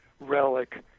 relic